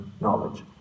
knowledge